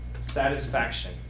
satisfaction